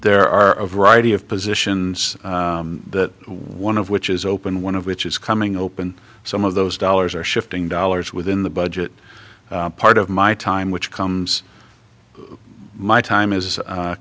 there are a variety of positions that one of which is open one of which is coming open some of those dollars are shifting dollars within the budget part of my time which comes my time is